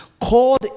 called